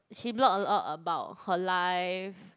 she blog a lot about her life